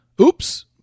oops